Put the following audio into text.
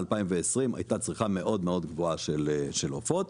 ב-2020 הייתה צריכה מאוד מאוד גבוהה של עופות,